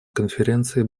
конференции